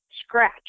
scratch